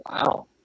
Wow